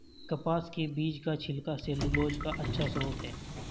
कपास के बीज का छिलका सैलूलोज का अच्छा स्रोत है